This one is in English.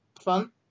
fun